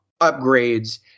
upgrades